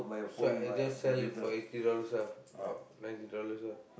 so I just sell for eighty dollars lah or ninety dollars lah